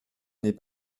n’est